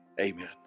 amen